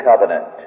covenant